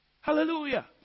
Hallelujah